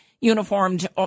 uniformed